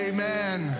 Amen